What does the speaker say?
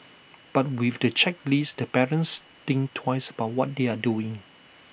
but with the checklist the parents think twice about what they are doing